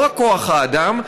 לא רק כוח האדם,